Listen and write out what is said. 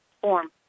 form